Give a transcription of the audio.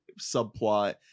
subplot